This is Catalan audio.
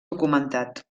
documentat